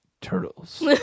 turtles